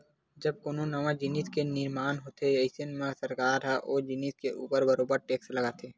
जब कोनो नवा जिनिस के निरमान होथे अइसन म सरकार ह ओ जिनिस के ऊपर बरोबर टेक्स लगाथे